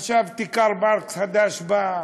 חשבתי, קרל מרקס חדש בא,